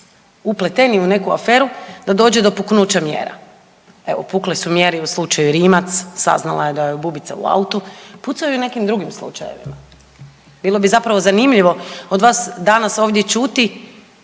upleteni u neku aferu da dođe do puknuća mjera. Evo pukle su mjere i u slučaju Rimac, saznala je da joj je bubica u autu, pucaju i u nekim drugim slučajevima. Bilo bi zapravo zanimljivo od vas danas ovdje čuti